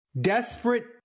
Desperate